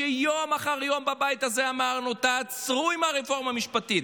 כשיום אחרי יום בבית הזה אמרנו: תעצרו עם הרפורמה המשפטית,